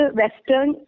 western